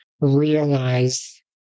realize